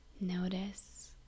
Notice